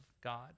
God